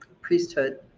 priesthood